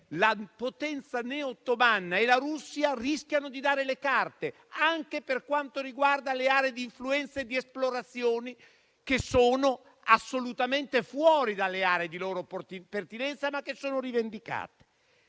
la potenza neo-ottomana e la Russia rischiano di dare le carte, anche per quanto riguarda aree di influenza e di esplorazione assolutamente fuori dalle aree di loro pertinenza, che però sono rivendicate.